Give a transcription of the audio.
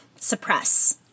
suppress